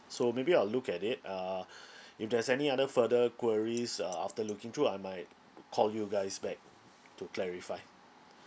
so maybe I'll look at it uh if there's any other further queries uh after looking through I might call you guys back to clarify